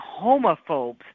homophobes